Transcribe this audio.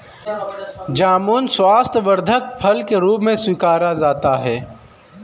जामुन स्वास्थ्यवर्धक फल के रूप में स्वीकारा जाता है